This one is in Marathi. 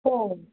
हो